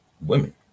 women